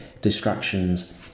distractions